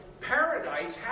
paradise